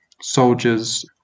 soldiers